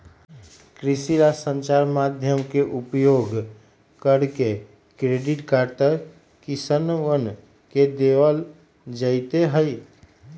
कृषि ला संचार माध्यम के उपयोग करके क्रेडिट कार्ड तक किसनवन के देवल जयते हई